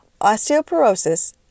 osteoporosis